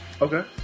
Okay